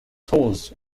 tolls